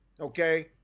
Okay